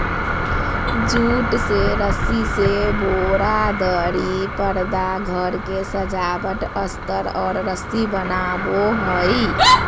jute से रस्सी से बोरा, दरी, परदा घर के सजावट अस्तर और रस्सी बनो हइ